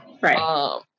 right